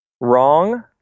Wrong